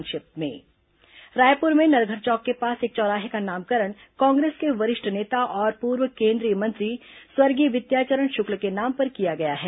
संक्षिप्त समाचार रायपुर में नलघर चौक के पास एक चौराहे का नामकरण कांग्रेस के वरिष्ठ नेता और पूर्व केंद्रीय मंत्री स्वर्गीय विद्याचरण शुक्ल के नाम पर किया गया है